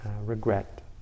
regret